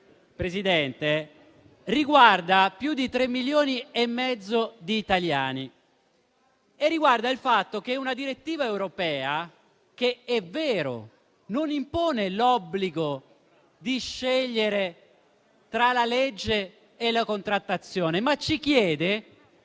Presidente, riguarda più di 3 milioni e mezzo di italiani. È vero che la direttiva europea non impone l'obbligo di scegliere tra la legge e la contrattazione, ma ci chiede